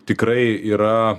tikrai yra